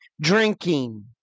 drinking